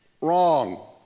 wrong